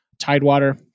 Tidewater